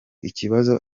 ikibazo